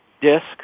disc